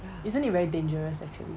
isn't it very dangerous actually